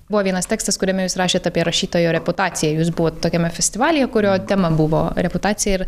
buvo vienas tekstas kuriame jūs rašėt apie rašytojo reputaciją jūs buvot tokiame festivalyje kurio tema buvo reputacija ir